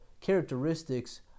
characteristics